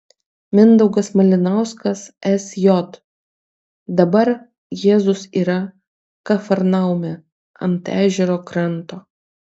mindaugas malinauskas sj dabar jėzus yra kafarnaume ant ežero kranto